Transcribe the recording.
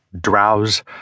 drowse